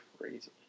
crazy